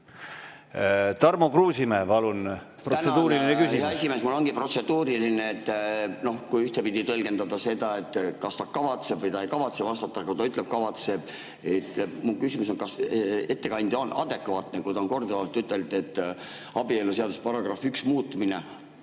Tarmo Kruusimäe, palun, protseduuriline küsimus!